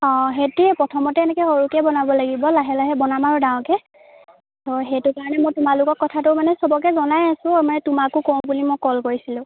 অঁ সেইটোৱেই প্ৰথমতে এনেকৈ সৰুকৈ বনাব লাগিব লাহে লাহে বনাম আৰু ডাঙৰকৈ তো সেইটো কাৰণে মই তোমালোকক কথাটো মানে চবকে জনাই আছো মানে তোমাকো কওঁ বুলি মই কল কৰিছিলোঁ